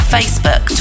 Facebook